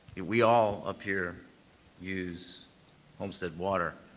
we all up here use homestead water,